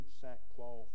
sackcloth